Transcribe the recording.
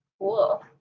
Cool